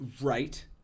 right